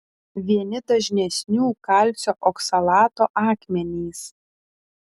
vieni dažnesnių kalcio oksalato akmenys